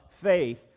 faith